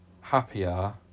happier